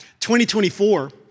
2024